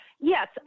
Yes